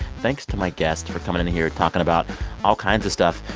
thanks to my guests for coming in here and talking about all kinds of stuff.